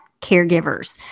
caregivers